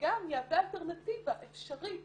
וגם יהווה אלטרנטיבה אפשרית